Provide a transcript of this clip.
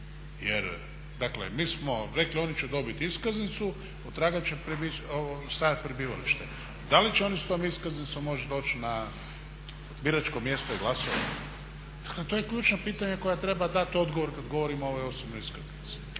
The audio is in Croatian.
Jer, dakle mi smo rekli oni će dobiti iskaznicu, otraga će stajati prebivalište. Da li će oni s tom iskaznicom moći doći na biračko mjesto i glasovati? Dakle to je ključno pitanje koje treba dati odgovor kada govorimo o ovoj osobnoj iskaznici.